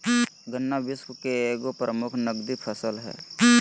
गन्ना विश्व के एगो प्रमुख नकदी फसल हइ